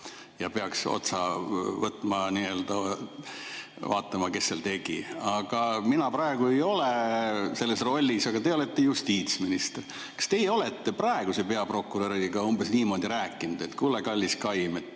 ja peaks vaatama, kes seda tegi. Mina praegu ei ole selles rollis, aga teie olete justiitsminister. Kas teie olete praeguse peaprokuröriga umbes niimoodi rääkinud, et kuule, kallis kaim,